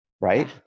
right